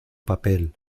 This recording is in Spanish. papel